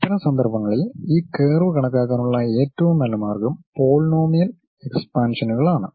അത്തരം സന്ദർഭങ്ങളിൽ ഈ കർവ് കണക്കാക്കാനുള്ള ഏറ്റവും നല്ല മാർഗം പോളിനോമിയൽ എക്സ്പാൻഷനുകളാണ്